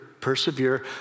persevere